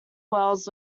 wells